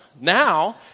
Now